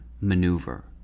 maneuver